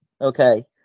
Okay